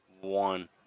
one